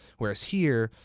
whereas here,